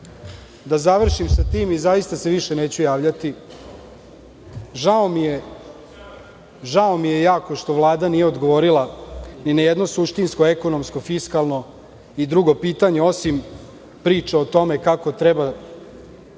da završim sa tim i zaista se više neću javljati, žao mi je jako što Vlada nije odgovorila i na jedno suštinsko, ekonomsko, fiskalno i drugo pitanje, osim priče o tome kako treba